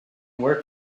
work